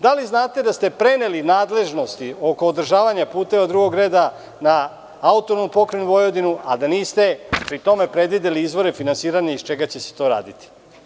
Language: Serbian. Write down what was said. Da li znate da ste preneli nadležnosti oko održavanja puteva drugog reda na autonomnu pokrajinu Vojvodinu, a da niste pri tome predvideli izvore finansiranja iz čega će se to raditi?